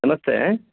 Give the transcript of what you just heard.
नमस्ते